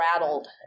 rattled